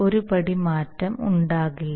ഒരു പടി മാറ്റം ഉണ്ടാകില്ല